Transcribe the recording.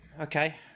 okay